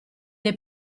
dei